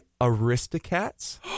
Aristocats